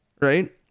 right